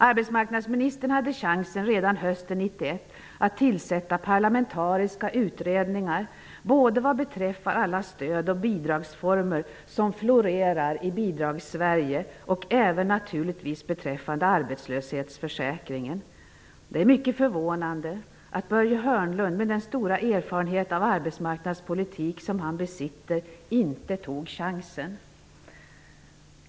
Arbetsmarknadsministern hade chansen redan hösten 1991 att tillsätta parlamentariska utredningar både vad beträffar alla stöd och bidragsformer som florerar i ''Bidragssverige'' och även naturligtvis beträffande arbetslöshetsförsäkringen. Det är mycket förvånande att Börje Hörnlund, med den stora erfarenhet av arbetsmarknadspolitik som han besitter, inte tog chansen.